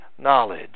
knowledge